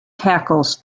tackles